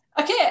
Okay